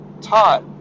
taught